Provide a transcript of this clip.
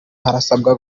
harasabwa